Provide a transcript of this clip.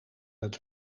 het